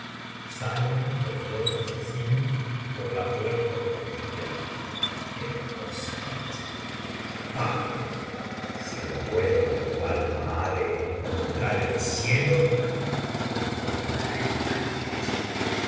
ases estamos resueltos macb os llamaré enseguida quedad ahí dentro salen los dos asesinos por la puerta de la izquierda es cosa hecha banquo si el vuelo de tu alma ha de encontrar el cielo lo encontrará esta noche